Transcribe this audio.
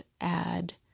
add